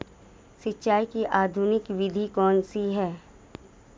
सिंचाई की आधुनिक विधि कौनसी हैं?